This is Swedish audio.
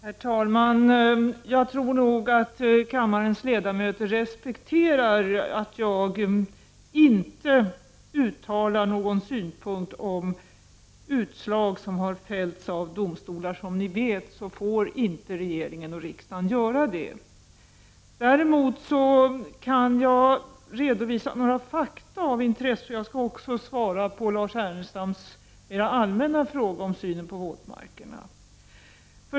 Herr talman! Jag tror att kammarens ledamöter respekterar att jag inte framför några synpunkter på utslag som har fällts av domstolar. Som ni vet får regeringen och riksdagen inte göra det. Däremot kan jag redovisa några fakta av intresse. Jag skall också svara på Lars Ernestams mer allmänna fråga om synen på våtmarkerna.